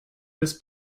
this